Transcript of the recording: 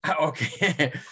Okay